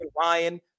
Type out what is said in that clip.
Ryan